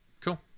cool